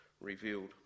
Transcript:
revealed